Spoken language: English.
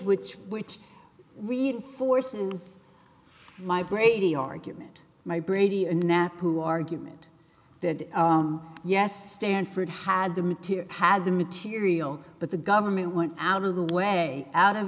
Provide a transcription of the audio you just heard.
which which reinforces my brady argument my brady a nap who argument that yes stanford had the material had the material but the government went out of the way out of